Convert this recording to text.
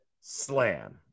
slam